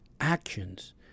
actions